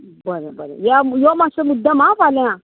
बरें बरें या यो मात्सो मुद्दम आं फाल्यां